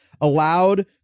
allowed